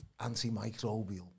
antimicrobial